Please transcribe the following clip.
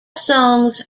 songs